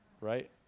Right